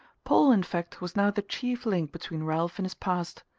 paul, in fact, was now the chief link between ralph and his past.